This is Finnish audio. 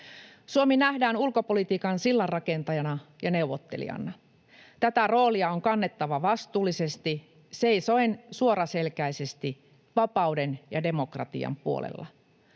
Suomi nähdään ulkopolitiikan sillanrakentajana ja neuvottelijana. Tätä roolia on kannettava vastuullisesti seisoen suoraselkäisesti vapauden ja demokratian puolella.